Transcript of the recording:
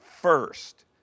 first